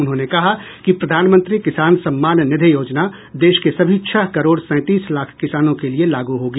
उन्होंने कहा कि प्रधानमंत्री किसान सम्मान निधि योजना देश के सभी छह करोड़ सैंतीस लाख किसानों के लिए लागू होगी